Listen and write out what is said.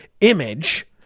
image